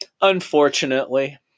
Unfortunately